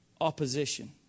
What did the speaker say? opposition